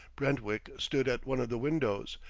brentwick stood at one of the windows,